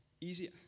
easier